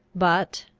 but,